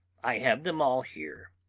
i have them all here.